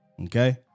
Okay